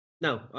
No